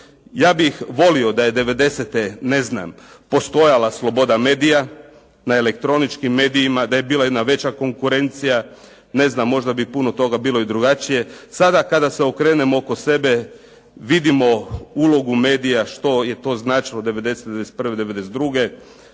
Ja bih volio da je 90. postojala sloboda medija na elektroničkim medijima, da je bila jedna veća konkurencija. Možda bi puno toga bilo i drugačije. Sada kada se okrenemo oko sebe vidimo ulogu medija što je to značilo 90., 91.,